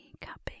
cupping